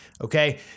okay